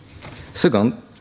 Second